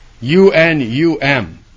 U-N-U-M